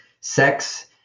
sex